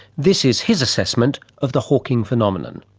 this is his assessment of the hawking phenomenon.